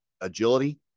Agility